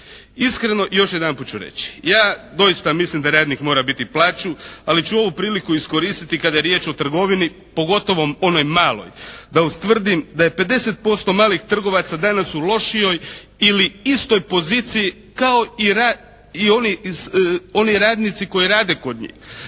Iskreno, još jedanput ću reći, ja doista mislim da radnik mora biti plaćen ali ću ovu priliku iskoristiti kada je riječ o trgovini pogotovo onoj maloj da ustvrdim da je 50% malih trgovaca danas u lošijoj ili istoj poziciji kao i oni radnici koji rade kod njih.